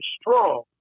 strong